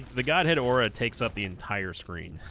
the godhead aura takes up the entire screen